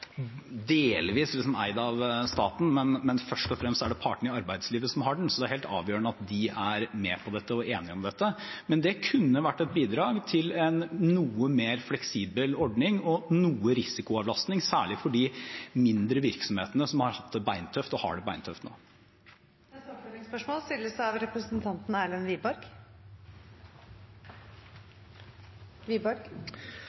partene i arbeidslivet som har den, så det er helt avgjørende at de er med på dette og er enige om dette. Men det kunne vært et bidrag til en noe mer fleksibel ordning og noe risikoavlastning, særlig for de mindre virksomhetene som har hatt det beintøft og har det beintøft nå. Det blir oppfølgingsspørsmål – først Erlend Wiborg. Statsråden pleier å lytte til næringslivet, og næringslivet har jo vært helt entydig på viktigheten av